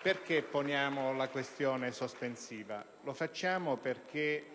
Presentiamo la questione sospensiva perché